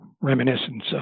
reminiscence